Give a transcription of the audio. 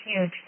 huge